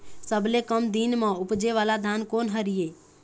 सबसे कम दिन म उपजे वाला धान कोन हर ये?